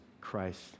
Christ